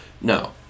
No